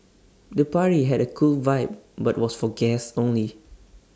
the party had A cool vibe but was for guests only